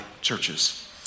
churches